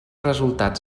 resultats